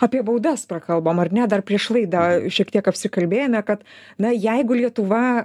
apie baudas prakalbom ar ne dar prieš laidą šiek tiek apsikalbėjome kad na jeigu lietuva